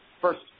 first